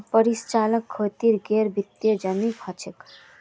परिचालन जोखिम गैर वित्तीय जोखिम हछेक